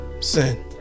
Sin